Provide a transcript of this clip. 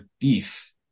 beef